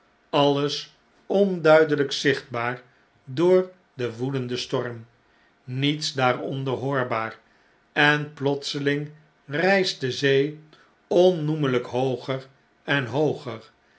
alles onduideljjk zichtbaar door den woedenden storm niets daaronder hoorbaar en plotseling rijst de zee onnoemelijk hooger en hooger